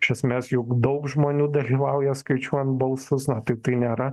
iš esmės juk daug žmonių dalyvauja skaičiuojant balsus na tai tai nėra